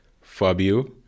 Fabio